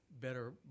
better